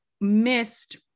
missed